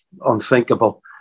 unthinkable